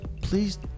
please